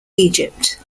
egypt